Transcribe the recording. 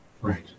Right